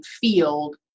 field